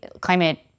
climate